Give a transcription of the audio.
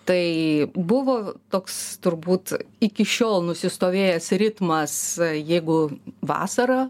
tai buvo toks turbūt iki šiol nusistovėjęs ritmas jeigu vasarą